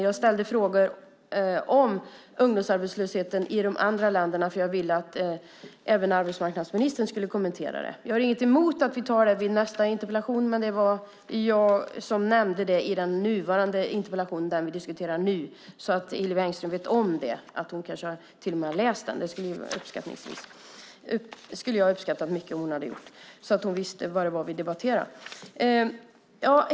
Jag ställde frågor om ungdomsarbetslösheten i de andra länderna, för jag ville att även arbetsmarknadsministern skulle kommentera detta. Jag har inget emot att vi tar det i nästa interpellation, men det var jag som nämnde det i den nuvarande interpellation som diskuteras, bara så att Hillevi Engström vet om det. Hon kanske till och med har läst den. Det skulle jag ha uppskattat mycket, eftersom hon då hade vetat vad vi debatterar.